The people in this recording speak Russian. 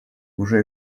уже